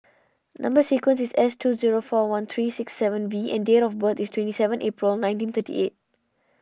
Number Sequence is S two zero four one three six seven V and date of birth is twenty seven April nineteen thirty eight